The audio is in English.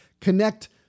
Connect